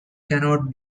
cannot